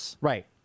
Right